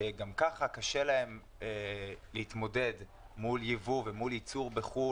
שגם ככה קשה להם להתמודד מול ייבוא ומול ייצור בחו"ל,